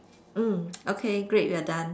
mm okay great we are done